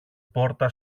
πόρτα